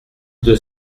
deux